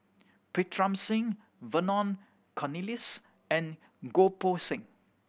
Pritam Singh Vernon Cornelius and Goh Poh Seng